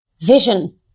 vision